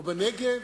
או בנגב?